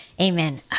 Amen